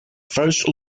first